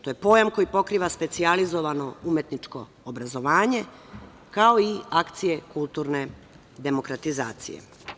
To je pojam koji pokriva specijalizovano umetničko obrazovanje, kao i akcije kulturne demokratizacije.